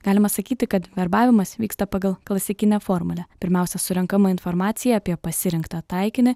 galima sakyti kad verbavimas vyksta pagal klasikinę formulę pirmiausia surenkama informacija apie pasirinktą taikinį